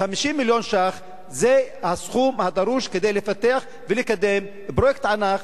50 מיליון שקלים זה הסכום הדרוש כדי לפתח ולקדם פרויקט ענק,